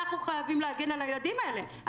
אנחנו חייבים להגן על הילדים האלה.